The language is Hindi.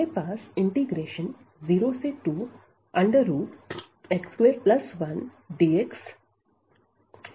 हमारे पास 02x21dx उदाहरण है